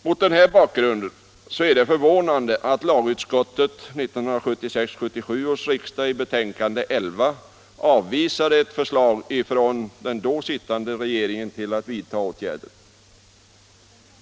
Mot denna bakgrund är det förvånande att lagutskottets borgerliga majoritet vid 1976/77 års riksmöte i betänkande nr 11 avvisat ett förslag från den tidigare regeringen om att vidta åtgärder.